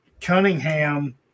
Cunningham